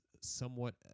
somewhat